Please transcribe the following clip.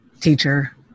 teacher